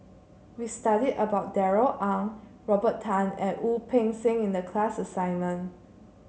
we studied about Darrell Ang Robert Tan and Wu Peng Seng in the class assignment